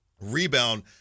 rebound